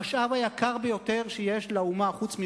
המשאב היקר ביותר שיש לאומה, חוץ מרוחה,